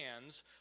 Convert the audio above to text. hands